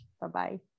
Bye-bye